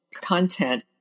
content